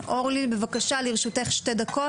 אורלי, בבקשה, לרשותך שתי דקות.